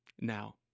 Now